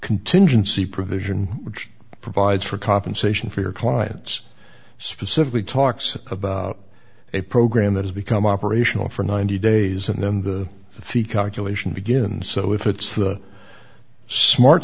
contingency provision which provides for compensation for your clients specifically talks about a program that has become operational for ninety days and then the fee calculation begins so if it's the smart